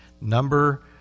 number